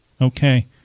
okay